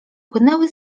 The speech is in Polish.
płynęły